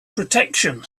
protection